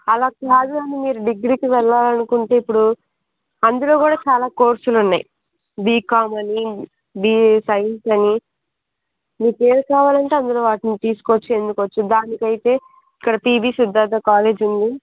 అలా కాదని మీరు డిగ్రీకి వెళ్ళాలనుకుంటే ఇప్పుడు అందులో కూడా చాలా కోర్సులు ఉన్నాయి బీకాం అని బీ సైన్స్ అని మీకు ఏం కావాలంటే అందులో వాటిని తీసుకోవచ్చు ఎన్నుకో వచ్చు దానికైతే ఇక్కడ పీబీ సిద్ధార్ధ కాలేజ్ ఉంది